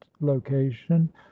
location